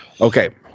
okay